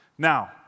Now